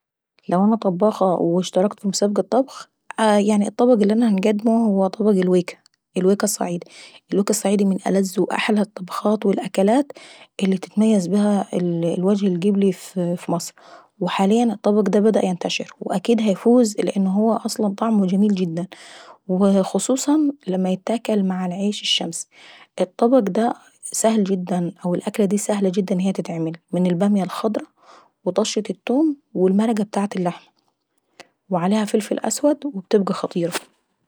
لو انا طباخة اشتركت في مسابقة طبخ الطبق اللي انا هنقدمه هو الويكي (الويكة الصعيداي). الويكةالصعيدي من ألذ واجمل الاكلات اللي بيتميز بيها الوجه القبلي في مصر. وحاليا الطبق بدأ ينتشر واكيد هيفوز لان هو أصلا طعمه جميل قوي. وخصوصا لما يتاكل مع العيش الشمشي. الطبق دا سهل جدا او الاكلة دي سهلة جدا ان هي تتعمل من البامية الخضرا وطشة التوم ومرجة اللحمة وعليها فلفل إسود وبتبقي خطيرة.